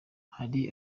hari